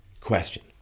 question